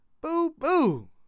Boo-boo